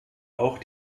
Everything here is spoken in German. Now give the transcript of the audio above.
auch